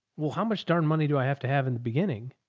well, how much darn money do i have to have in the beginning?